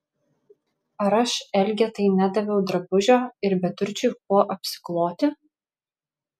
ar aš elgetai nedaviau drabužio ir beturčiui kuo apsikloti